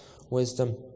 wisdom